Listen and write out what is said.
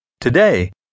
Today